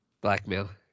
blackmail